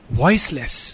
voiceless